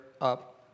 up